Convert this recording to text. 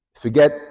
forget